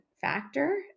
factor